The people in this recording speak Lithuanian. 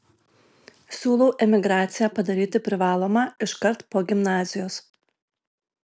siūlau emigraciją padaryti privalomą iškart po gimnazijos